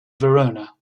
verona